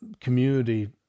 community